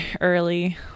early